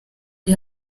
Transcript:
ari